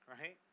right